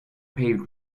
paved